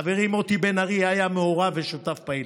חברי מוטי בן ארי היה מעורב ושותף פעיל.